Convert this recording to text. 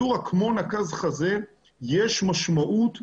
יש משמעות לאנטומיה,